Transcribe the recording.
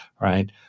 right